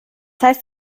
heißt